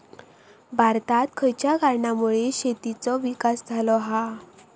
भारतात खयच्या कारणांमुळे शेतीचो विकास झालो हा?